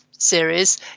Series